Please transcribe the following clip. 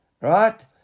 right